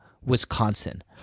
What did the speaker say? Wisconsin